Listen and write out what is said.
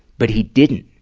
but he didn't,